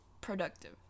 productive